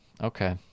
okay